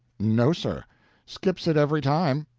no, sir skips it every time.